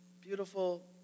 beautiful